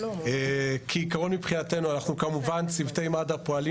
כעיקרון מבחינתנו כמובן צוותי מד"א פועלים